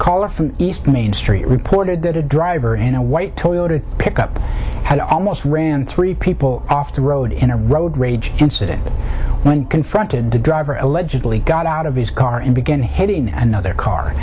caller from east main street reported that a driver in a white toyota pickup had almost ran three people off the road in a road rage incident when confronted driver allegedly got out of his car and began hitting another car